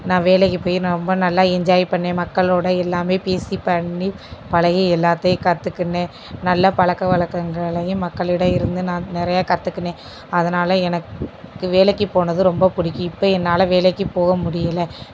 நான் வேலைக்கு போயி நான் ரொம்ப நல்லா என்ஜாய் பண்ணேன் மக்களோடு எல்லாமே பேசி பண்ணி பழகி எல்லாத்தை கற்றுக்குன்னு நல்லா பழக்கம் வழக்கங்களையும் மக்களிடை இருந்து நான் நிறையா கற்றுக்குனேன் அதனால் எனக்கு வேலைக்கு போனது ரொம்ப பிடிக்கிம் இப்போ என்னால் வேலைக்கு போக முடியல